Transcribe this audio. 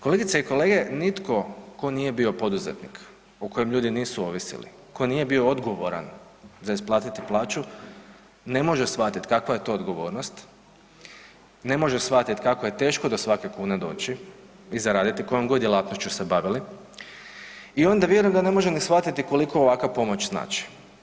Kolegice i kolege, nitko ko nije bio poduzetnik o kojem ljudi nisu ovisili, ko nije bio odgovoran za isplatiti plaću ne može shvatit kakva je to odgovornost, ne može shvatit kako je teško do svake kune doći i zaraditi kojom god djelatnošću se bavili i onda vjerujem da ne može ni shvatiti koliko ovakva pomoć znači.